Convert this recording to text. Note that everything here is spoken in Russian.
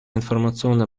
информационно